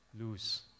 lose